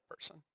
person